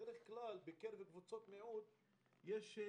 שבדרך כלל בקרב קבוצות מיעוט בעולם,